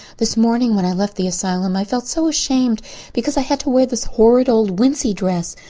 this morning when i left the asylum i felt so ashamed because i had to wear this horrid old wincey dress.